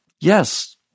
yes